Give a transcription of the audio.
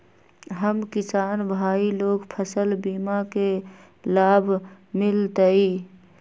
हम किसान भाई लोग फसल बीमा के लाभ मिलतई?